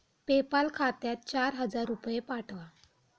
PayPal खात्यात चार हजार रुपये पाठवा